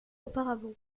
auparavant